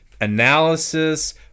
analysis